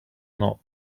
not